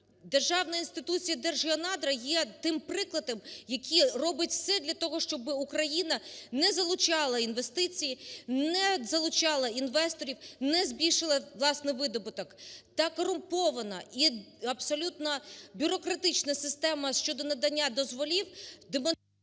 Державна інституціяДержгеонадра є тим прикладом, який робить все для того, щоби Україна не залучала інвестиції, не залучала інвесторів, не збільшила власний видобуток. Та корумпована і абсолютно бюрократична система щодо надання дозволів… ГОЛОВУЮЧИЙ.